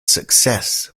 success